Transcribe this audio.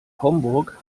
homburg